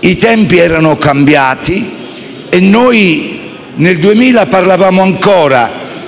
i tempi erano cambiati e noi nel 2000 parlavamo ancora di